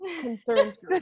concerns